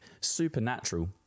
supernatural